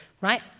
right